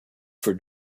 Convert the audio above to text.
for